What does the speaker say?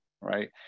right